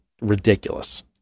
ridiculous